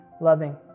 loving